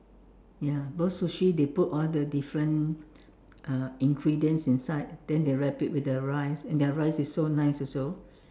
ya because sushi they put all the different uh ingredients inside then they wrap it with the rice and their rice is so nice also